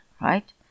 right